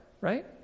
right